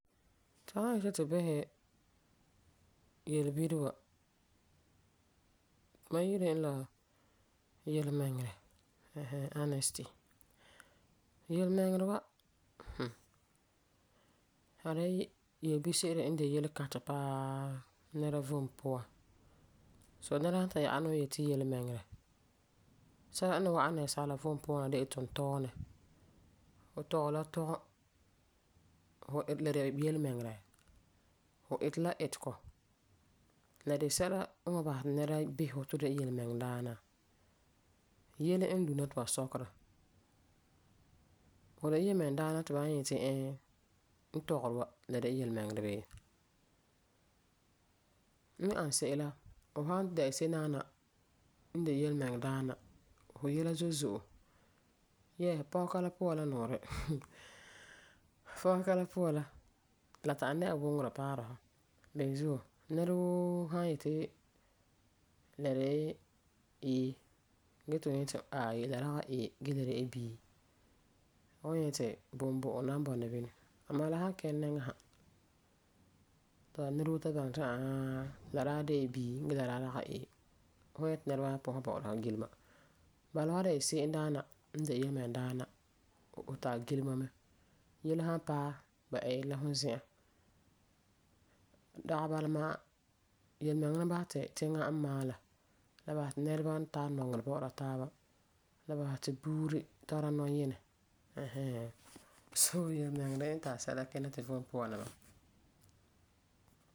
Tu san yeti tu bisɛ yelebire wa. Ma yi'iri e la yelemɛŋɛrɛ. Ɛɛm, honesty. Yelemɛŋɛrɛ wa, hmm, a de'e yelebise'ere n de yelekãtɛ paa nɛra vom puan. So nɛra san ya'ɛ nuurɛ yeti yelemɛŋɛrɛ, sɛla n ni wa'am nɛresaala vom puan na de la tuntɔɔnɛ. Fu tɔgɛ la tɔgum, fu iti, fu bisɛ ti la yelemɛŋɛrɛ. Fu iti la itegɔ, la de sɛla n wan basɛ ti nɛra bisɛ fu ti fu yelmɛŋedaana. Yele n lu na ti ba sɔkera, fu de yelemɛŋedaana ti ba wan nyaŋɛ yeti ɛɛ fu tɔgeri wa la de la yelemɛŋɛrɛ bee. E ani se'em la fu san dɛna se'em n de yelemɛŋɛrɛ daana, fu yɛla zo'e zo'e yɛɛ, pɔsega la buurena. Pɔsega la puan la ta'am dɛna wuŋerɛ paara fu. Beni zuo, nɛrewoo san la de la A gee ti fum yeti aai la de la B, fu wan nyɛ ge ti bumbu'um nan bɔna bini. Amaa la san kiŋɛ nɛŋa sa ti nɛrewoo ta baŋɛ ti ãa haa, la de la B gee la daa dagi A. Fu wan nyɛ ti nɛreba pɔsɛ bɔ'ɔra fu gilema. Bala fu san dɛna se'em daana n de yelemɛŋedaana, fu tari gilema mɛ. Yele san paɛ ba eeri la fum zi'an. Dagi bala ma'a. Yelemɛŋɛrɛ la basɛ ti tiŋa n maala. La basɛ ti nɛreba n tara nɔŋerɛ bɔ'ɔra taaba. La basɛ ti buuri tara nɔyinɛ ɛɛn hɛɛn. Soo, yelemɛŋɛrɛ n tari sɛla kina tu zom puan na n bala.